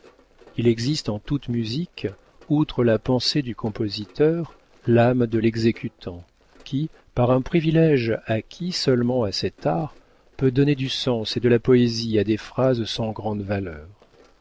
il existe en toute musique outre la pensée du compositeur l'âme de l'exécutant qui par un privilége acquis seulement à cet art peut donner du sens et de la poésie à des phrases sans grande valeur